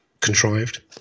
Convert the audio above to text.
contrived